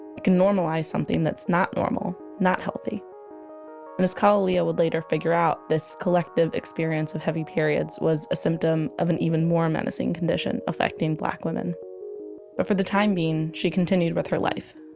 it can normalize something that's not normal, not healthy and as kalalea would later figure out, this collective experience of heavy periods was a symptom of an even more menacing condition affecting black women but for the time being, she continued with her life,